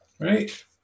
right